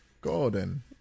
Gordon